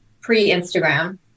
pre-Instagram